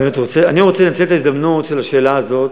אני רוצה לנצל את ההזדמנות של השאלה הזאת,